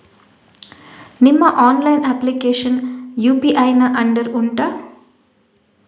ನಿಮ್ಮ online application UPI ನ under ಉಂಟಾ